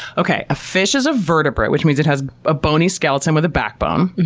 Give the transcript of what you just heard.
okay, a fish is a vertebrate, which means it has a bony skeleton with a backbone.